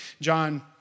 John